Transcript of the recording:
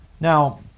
Now